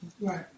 Right